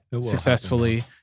successfully